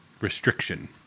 restriction